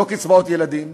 לא קצבאות ילדים,